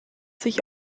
sich